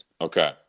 Okay